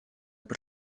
per